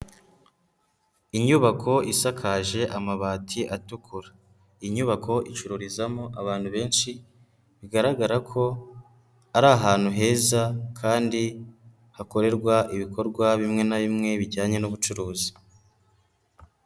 Inyubako isakaje amabati atukura, inyubako icururizamo abantu benshi bigaragara ko ari ahantu heza kandi hakorerwa ibikorwa bimwe na bimwe bijyanye n'ubucuruzi.